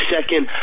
Second